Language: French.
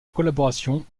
collaboration